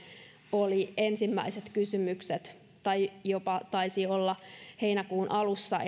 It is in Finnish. olivat ensimmäiset kysymykset tai taisivat olla jopa heinäkuun alussa